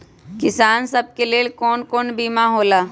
किसान सब के लेल कौन कौन सा बीमा होला?